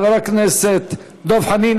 חבר הכנסת דב חנין.